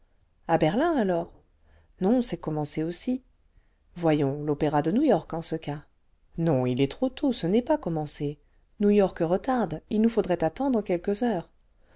berbn alors non c'est éominencé aussi voyons opéra de new-york en ce cas non il est trop tôt ce n'est pas commencé new york retarde il nous faudrait attendre quelques heures